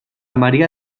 maria